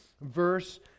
verse